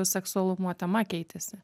seksualumo tema keitėsi